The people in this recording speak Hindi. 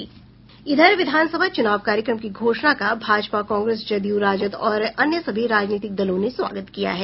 विधान सभा चुनाव कार्यक्रम की घोषणा का भाजपा कांग्रेस जदयू राजद और अन्य सभी राजनीतिक दलों ने स्वागत किया है